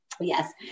Yes